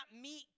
meet